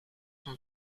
from